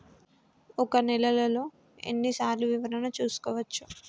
ఒక నెలలో ఎన్ని సార్లు వివరణ చూసుకోవచ్చు?